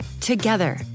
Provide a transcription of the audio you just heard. Together